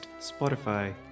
Spotify